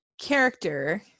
character